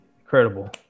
incredible